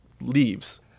leaves